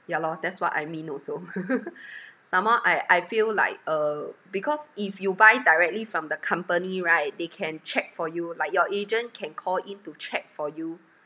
ya lor that's what I mean also some more I I feel like uh because if you buy directly from the company right they can check for you like your agent can call in to check for you